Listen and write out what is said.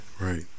right